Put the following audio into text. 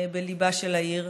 בליבה של העיר,